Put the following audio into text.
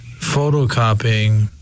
photocopying